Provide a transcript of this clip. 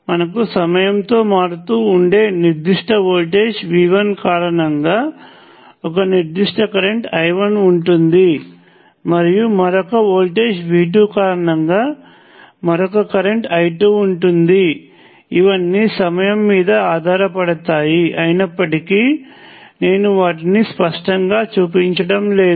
మనకు సమయంతో మారుతూ ఉండే నిర్దిష్ట వోల్టేజ్ V1 కారణంగా ఒక నిర్దిష్ట కరెంట్ I1 ఉంటుంది మరియు మరొక వోల్టేజ్ V2 కారణంగా మరొక కరెంట్ I2ఉంటుంది ఇవన్నీ సమయం మీద ఆధారపడతాయి అయినప్పటికీ నేను వాటిని స్పష్టంగా చూపించడం లేదు